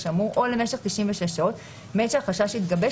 האמור או למשך 96 שעות מעת שהחשש התגבש,